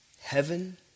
Heaven